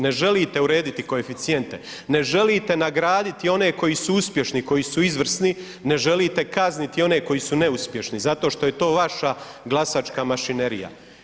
Ne želite urediti koeficijente, ne želite nagraditi one koji su uspješni, koji su izvršni, ne želite kazniti one koji su neuspješni zato što je to vaša glasačka mašinerija.